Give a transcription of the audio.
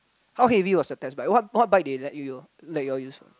how heavy was the test bike what what bike they let you let you all use